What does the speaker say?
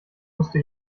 musste